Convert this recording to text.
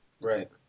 Right